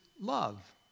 love